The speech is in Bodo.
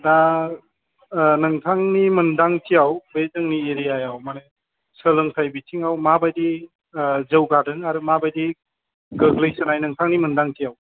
दा नोंथांनि मोनदांथियाव बे जोंनि एरियायाव माने सोलोंथाय बिथिङाव माबायदि जौगादों आरो माबायदि गोग्लैसोनाय नोंथांनि मोनदांथियाव